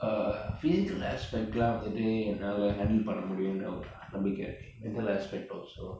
err physical aspect வந்துட்டு என்னால:vanthuttu ennala handle பன்ன முடியும்னு ஒறு நம்பிக்கை இருக்கு:panna mudiyumnu oru nambikai irukku mental aspect also